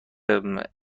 امکان